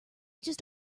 just